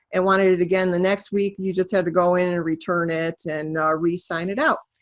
and wanted it again the next week, you just had to go in and return it, and re-sign it out.